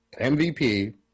MVP